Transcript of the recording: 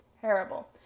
terrible